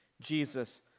Jesus